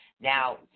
Now